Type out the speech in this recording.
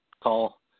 call